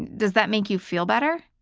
does that make you feel better?